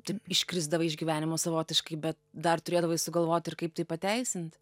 tum iškrisdavai iš gyvenimo savotiškai bet dar turėdavai sugalvoti ir kaip tai pateisint